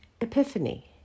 Epiphany